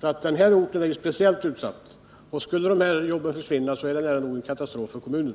Denna ort är speciellt utsatt, och skulle de här jobben försvinna vore det nära nog katastrof för kommunen.